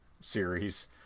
series